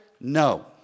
No